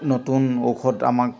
নতুন ঔষধ আমাক